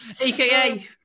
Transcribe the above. AKA